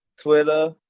Twitter